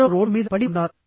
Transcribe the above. ఎవరో రోడ్డు మీద పడి ఉన్నారు